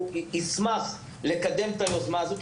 ישמח לקדם את היוזמה הזו,